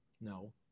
No